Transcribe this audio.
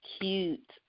cute